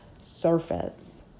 surface